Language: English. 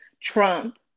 Trump